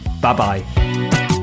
Bye-bye